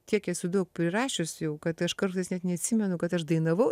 tiek esu daug prirašius jau kad aš kartais net neatsimenu kad aš dainavau